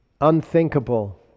unthinkable